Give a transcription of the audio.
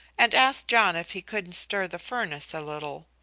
and ask john if he couldn't stir the furnace a little.